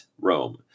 Rome